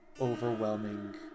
overwhelming